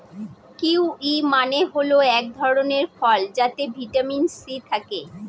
kiwi মানে হল এক ধরনের ফল যাতে ভিটামিন সি থাকে